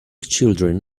children